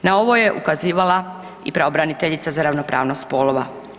Na ovo je ukazivala i pravobraniteljica za ravnopravnost spolova.